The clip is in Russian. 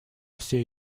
все